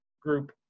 group